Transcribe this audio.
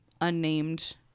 unnamed